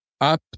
up